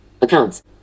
Accounts